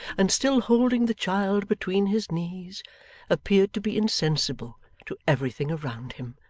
and still holding the child between his knees appeared to be insensible to everything around him.